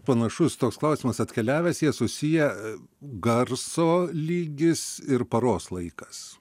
panašus toks klausimas atkeliavęs jie susiję garso savo lygis ir paros laikas